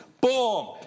boom